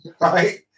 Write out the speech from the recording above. right